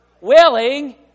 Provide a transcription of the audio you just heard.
willing